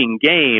game